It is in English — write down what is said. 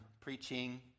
preaching